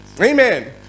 Amen